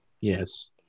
Yes